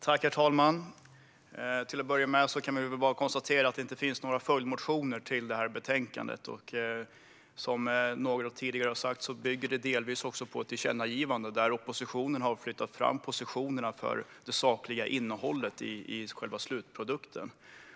Herr talman! Till att börja med kan vi konstatera att det inte finns några följdmotioner till det här betänkandet. Som tidigare talare har sagt bygger det delvis också på ett tillkännagivande, där oppositionen har flyttat fram positionerna för det sakliga innehållet i själva slutprodukten.